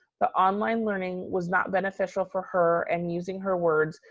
the online learning was not beneficial for her and using her words,